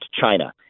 China